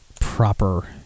proper